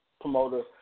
promoter